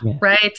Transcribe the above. right